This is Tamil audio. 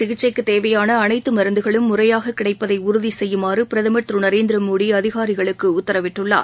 சிகிச்சைக்குத் தேவையானஅனைத்துமருந்துகளும் முறையாககிடைப்பதைஉறுதிசெய்யுமாறுபிரதமர் திருநரேந்திரமோடிஅதிகாரிகளுக்குஉத்தரவிட்டுள்ளார்